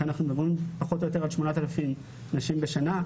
לכן אנחנו מדברים פחות או יותר על כ-8,000 נשים בשנה.